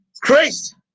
christ